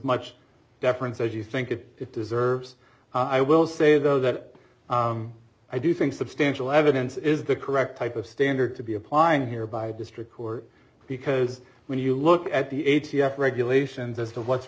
much deference as you think it deserves i will say though that i do think substantial evidence is the correct type of standard to be applying here by a district court because when you look at the a t f regulations as to what's